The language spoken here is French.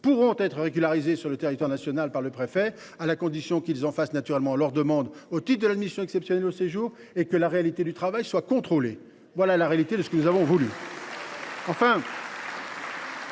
pourront être régularisés sur le territoire national par le préfet, à la condition qu’ils en fassent, naturellement, la demande au titre de la procédure d’admission exceptionnelle au séjour et que la réalité de leur travail soit contrôlée. Voilà, en réalité, ce que nous avons voulu